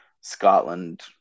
scotland